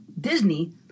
Disney